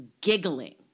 giggling